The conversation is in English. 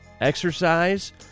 Exercise